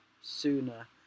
sooner